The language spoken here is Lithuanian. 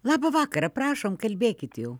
labą vakarą prašom kalbėkit jau